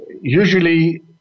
usually